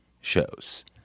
shows